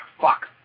fuck